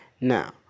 Now